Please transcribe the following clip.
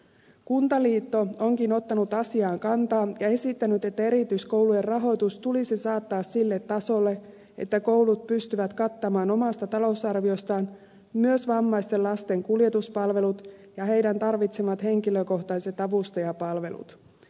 kuntaliitto onkin ottanut asiaan kantaa ja esittänyt että erityiskoulujen rahoitus tulisi saattaa sille tasolle että koulut pystyvät kattamaan omasta talousarviostaan myös vammaisten lasten kuljetuspalvelut ja heidän tarvitsemansa henkilökohtaiset avustajapalvelut